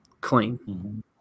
clean